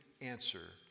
answer